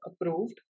approved